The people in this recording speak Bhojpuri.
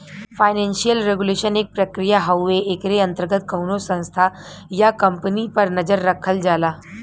फाइनेंसियल रेगुलेशन एक प्रक्रिया हउवे एकरे अंतर्गत कउनो संस्था या कम्पनी पर नजर रखल जाला